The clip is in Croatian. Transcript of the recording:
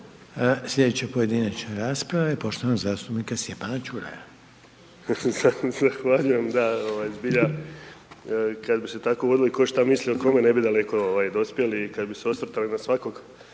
Sljedeća pojedinačna rasprava je poštovanog zastupnika Stjepana Čuraja. **Čuraj, Stjepan (HNS)** Zahvaljujem da evo zbilja, kada bi se tako vodili ko što misli o kome, ne bi daleko dospjeli i kada bi se osvrtali na svakog